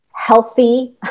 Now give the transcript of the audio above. healthy